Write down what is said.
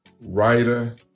writer